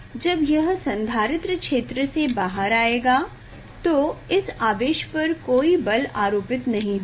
जब यह संधारित्र क्षेत्र से बाहर आएगा तो इस आवेश पर कोई बल आरोपित नहीं होगा